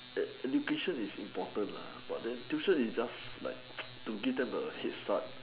ed~ education is important lah but then tuition is just like to give them a head start